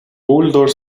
uldor